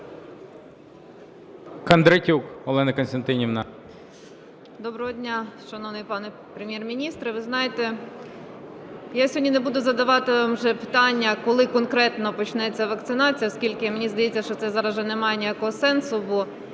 Доброго дня, шановний пане Прем'єр-міністре! Ви знаєте, я сьогодні не буду задавати вам вже питання, коли конкретно почнеться вакцинація, оскільки, мені здається, що це зараз вже не має ніякого сенсу. Бо